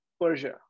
Persia